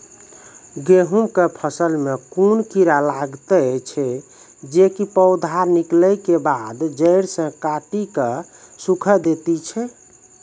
गेहूँमक फसल मे कून कीड़ा लागतै ऐछि जे पौधा निकलै केबाद जैर सऽ काटि कऽ सूखे दैति छै?